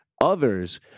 others